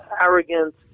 arrogant